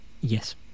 Yes